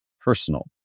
personal